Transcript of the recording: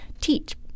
teach